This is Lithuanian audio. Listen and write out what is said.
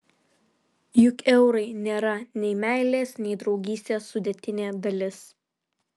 juk eurai nėra nei meilės nei draugystės sudėtinė dalis